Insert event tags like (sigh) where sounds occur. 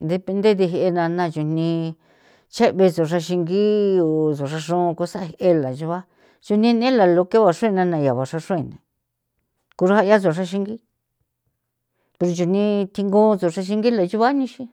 depende de je na na chujni che'be so xraxrangi u xraxra xon o cosa ela yuba xinenela lo queo a xenana a xro xruin ko xayea xraxengi pero chuni thingo ko xraxengi le chuba nixi. (noise)